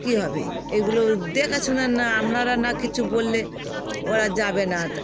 কী হবে এগুলো দেখাশোনার না আপনারা না কিছু বললে ওরা যাবে না